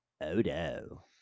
Odo